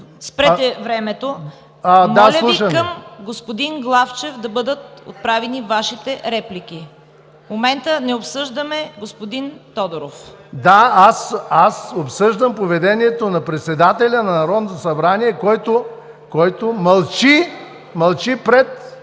КАРАЯНЧЕВА: Моля Ви към господин Главчев да бъдат отправени Вашите реплики. В момента не обсъждаме господин Тодоров. СЛАВЧО ВЕЛКОВ: Да, аз обсъждам поведението на председателя на Народното събрание, който мълчи пред